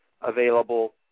available